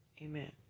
Amen